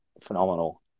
phenomenal